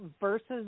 versus